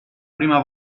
prima